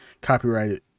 copyrighted